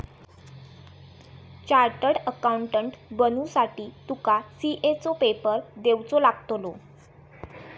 chartered accountant बनुसाठी तुका CA चो पेपर देवचो लागतलो